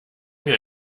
mir